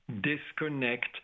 disconnect